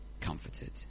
comforted